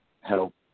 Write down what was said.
help